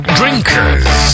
drinkers